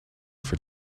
for